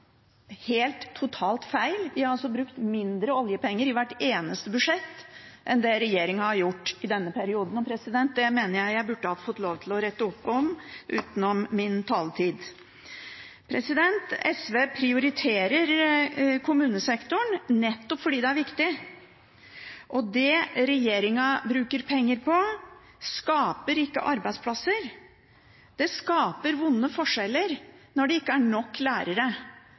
helt, totalt feil. Vi har brukt mindre oljepenger i hvert eneste budsjett enn det regjeringen har gjort i denne perioden. Og det mener jeg jeg burde ha fått lov til å rette opp utenom min taletid. SV prioriterer kommunesektoren nettopp fordi det er viktig. Det regjeringen bruker penger på, skaper ikke arbeidsplasser. Det skaper vonde forskjeller når det ikke er nok lærere